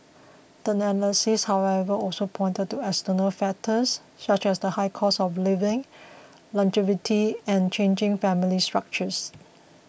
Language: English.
the analysts however also pointed to external factors such as the higher cost of living longevity and changing family structures